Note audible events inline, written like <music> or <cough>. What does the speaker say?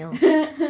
<laughs>